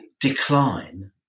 decline